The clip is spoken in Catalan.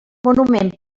monument